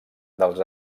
dels